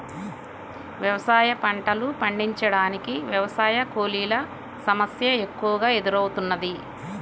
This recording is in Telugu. వ్యవసాయ పంటలు పండించటానికి వ్యవసాయ కూలీల సమస్య ఎక్కువగా ఎదురౌతున్నది